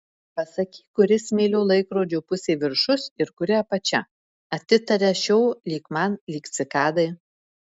pasakyk kuri smėlio laikrodžio pusė viršus ir kuri apačia atitaria šio lyg man lyg cikadai